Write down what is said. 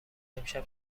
امشب